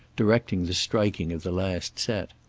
directing the striking of the last set.